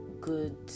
good